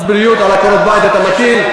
מס בריאות על עקרות-בית אתה מטיל?